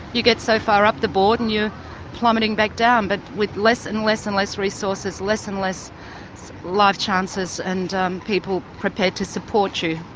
you get so far up the board and you're plummeting back down, but with less and less and less resources, less and less life chances and people prepared to support you.